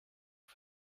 for